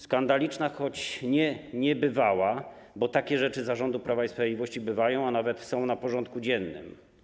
Skandaliczna, choć nie niebywała, bo takie rzeczy za rządu Prawa i Sprawiedliwości bywają, a nawet są na porządku dziennym.